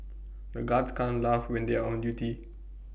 the guards can't laugh when they are on duty